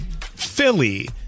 Philly